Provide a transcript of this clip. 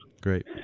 Great